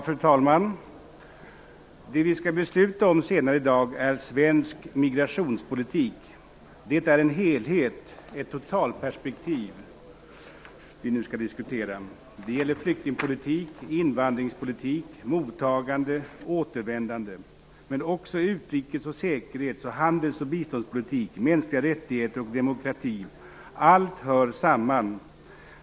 Fru talman! Det vi skall besluta om senare i dag är svensk migrationspolitik. Det är en helhet, ett totalperspektiv, vi nu skall diskutera. Det gäller flyktingpolitik, invandringspolitik, mottagande, återvändande. Men det gäller också utrikes-, säkerhets-, handelsoch biståndspolitik, mänskliga rättigheter och demokrati. Allt hör samman.